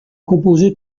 composé